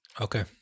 Okay